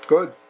Good